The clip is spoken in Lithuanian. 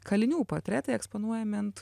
kalinių portretai eksponuojami ant